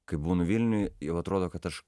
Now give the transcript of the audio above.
kai būnu vilniuj jau atrodo kad aš